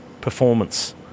performance